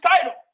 title